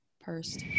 pursed